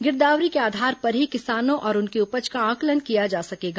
गिरदावरी के आधार पर ही किसानों और उनकी उपज का आंकलन किया जा सकेगा